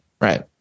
Right